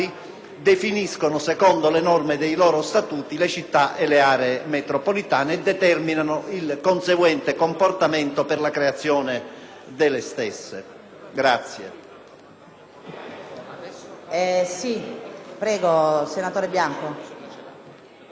definiscono, secondo le norme dei loro Statuti, le città e le aree metropolitane e determinano il conseguente comportamento per la creazione delle stesse.